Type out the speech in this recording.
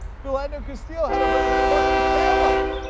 philandro castile had a but busted taillight,